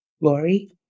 Lori